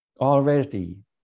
Already